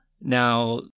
Now